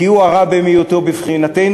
כי הוא הרע במיעוטו מבחינתנו,